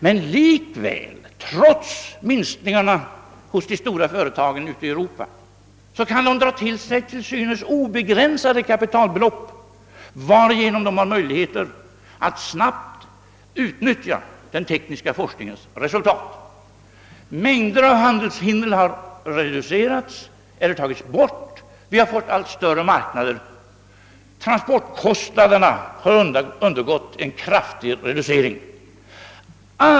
Men trots dessa minskningar hos de stora företagen i Europa kan de dra till sig till synes obegränsade kapitalbelopp, varigenom de har möjlighet att snabbt utnyttja den tekniska forskningens resultat. Mängder av handelshinder har reducerats eller tagits bort; vi har fått allt större marknader. Transportkostnaderna har undergått en kraftig reducering.